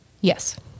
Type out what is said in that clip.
Yes